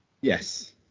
Yes